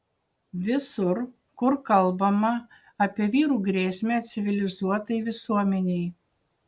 visur kur kalbama apie vyrų grėsmę civilizuotai visuomenei